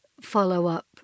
follow-up